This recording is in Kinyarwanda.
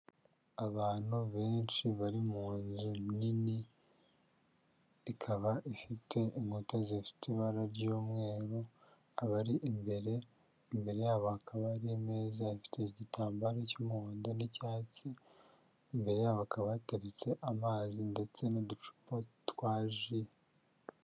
Abantu benshi bari mu nzu nini, ikaba ifite inkuta zifite ibara ry'umweru, abari imbere, imbere yabo hakaba hari imeza ifite igitambaro cy'umuhondo n'icyatsi, imbere yabo hakaba hateretse amazi ndetse n'uducupa twa ji.